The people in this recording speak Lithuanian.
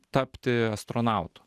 tapti astronautu